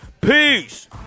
Peace